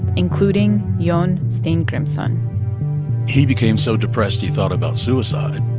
including jon steingrimsson he became so depressed he thought about suicide